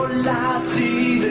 but last